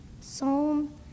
Psalm